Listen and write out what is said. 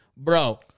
Bro